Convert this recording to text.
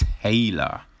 Taylor